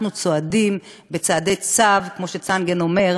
אנחנו צועדים בצעדי צב, כמו שצנגן אומר,